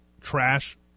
trash